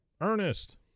Ernest